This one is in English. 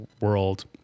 world